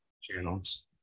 channels